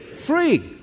Free